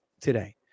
today